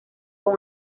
con